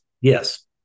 Yes